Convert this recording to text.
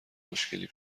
مشکلی